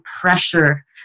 pressure